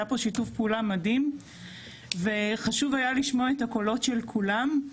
היה פה שיתוף פעולה מדהים וחשוב היה לשמוע את הקולות של כולם.